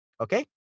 Okay